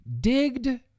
digged